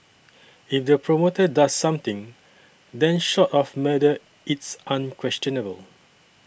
in the promoter does something then short of murder it's unquestionable